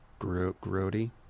grody